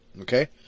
Okay